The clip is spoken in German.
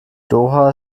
doha